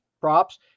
props